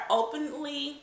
openly